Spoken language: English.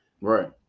right